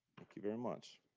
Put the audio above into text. thank you very much.